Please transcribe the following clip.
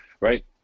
right